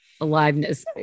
aliveness